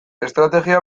estrategia